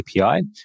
API